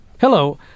Hello